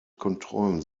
kontrollen